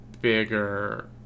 bigger